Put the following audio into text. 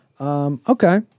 Okay